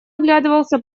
оглядывался